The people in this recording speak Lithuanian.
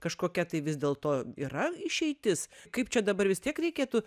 kažkokia tai vis dėlto yra išeitis kaip čia dabar vis tiek reikėtų